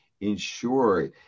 ensure